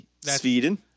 Sweden